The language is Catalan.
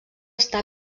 està